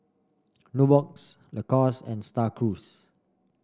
Nubox Lacoste and Star Cruise